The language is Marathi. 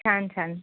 छान छान